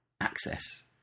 access